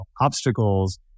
obstacles